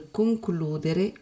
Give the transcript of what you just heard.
concludere